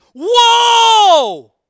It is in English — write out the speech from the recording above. Whoa